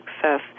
Success